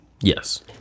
Yes